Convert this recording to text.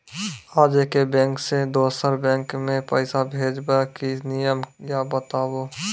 आजे के बैंक से दोसर बैंक मे पैसा भेज ब की नियम या बताबू?